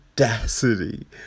audacity